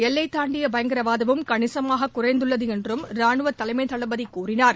எல்லை தாண்டிய பயங்கரவாதமும் கணிசமாக குறைந்துள்ளது என்றும் ரானுவ தலைமைத் தளபதி கூறினார்